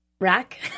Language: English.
Rack